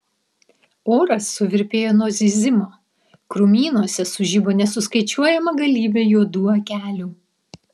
oras suvirpėjo nuo zyzimo krūmynuose sužibo nesuskaičiuojama galybė juodų akelių